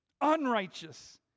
Unrighteous